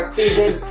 Season